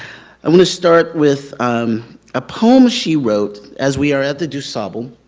i'm going to start with a poem she wrote, as we are at the dusable,